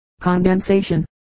condensation